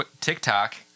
TikTok